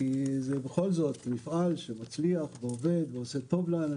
כי זה בכל זאת מפעל שמצליח ועובד ועושה טוב לאנשים.